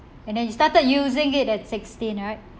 and then you started using it at sixteen right